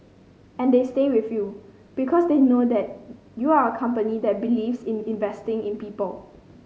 and they stay with you because they know that you are a company that believes in investing in people